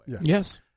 Yes